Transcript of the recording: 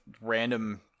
random